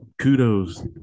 kudos